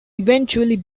eventually